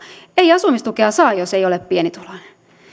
ei asumistukea saa jos ei ole pienituloinen